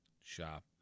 shop